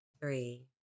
three